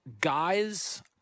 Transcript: Guys